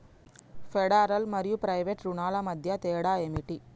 Federal మరియు private రుణాల మధ్య తేడా ఏమిటి?